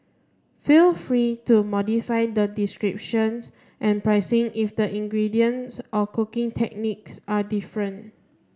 feel free to modify the descriptions and pricing if the ingredients or cooking techniques are different